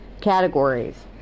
categories